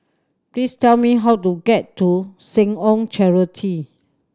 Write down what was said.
please tell me how to get to Seh Ong Charity